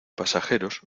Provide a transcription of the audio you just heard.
pasajeros